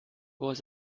was